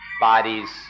bodies